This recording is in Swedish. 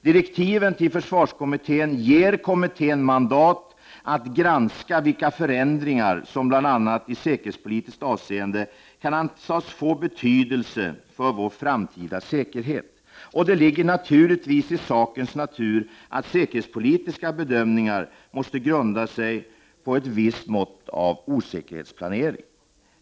Direktiven till försvarskommittén ger kommittén mandat att granska vilka förändringar som bl.a. i säkerhetspolitiskt avseende kan antas få betydelse för vår framtida säkerhet. Och det ligger naturligtvis i sakens natur att säkerhetspolitiska bedömningar måste grunda sig på ett visst mått av osäkerhetsplanering.